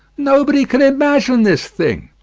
nobody can imagine this thing,